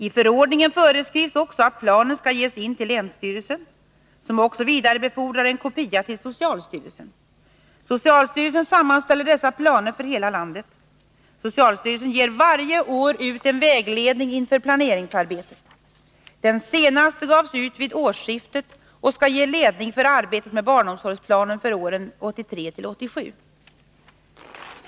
I förordningen föreskrivs också att planen skall ges in till länsstyrelsen, som också vidarebefordrar en kopia till socialstyrelsen. Socialstyrelsen sammanställer dessa planer för hela landet. Socialstyrelsen ger varje år ut en vägledning inför planeringsarbetet. Den senaste gavs ut vid årsskiftet och skall ge ledning för arbetet med barnomsorgsplanen för åren 1983-1987.